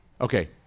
Okay